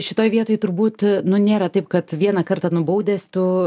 šitoj vietoj turbūt nu nėra taip kad vieną kartą nubaudęs tu